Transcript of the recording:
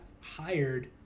hired